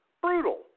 Brutal